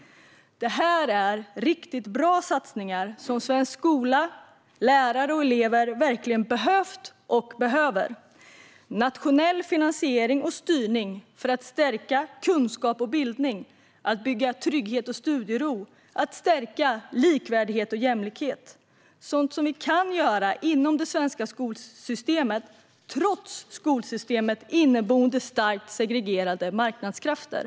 Detta är riktigt bra satsningar som svensk skola, lärare och elever verkligen behövt och behöver. Det handlar om nationell finansiering och styrning för att stärka kunskap och bildning, vidare att bygga trygghet och studiero samt stärka likvärdighet och jämlikhet. Det är sådant som vi kan göra inom det svenska skolsystemet trots skolsystemets inneboende starkt segregerade marknadskrafter.